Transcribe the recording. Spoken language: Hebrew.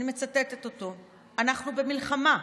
אני מצטטת אותו: אנחנו במלחמה.